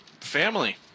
family